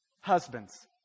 Husbands